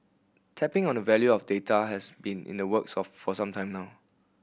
tapping on the value of data has been in the works of for some time now